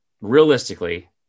realistically